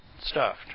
stuffed